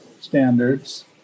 standards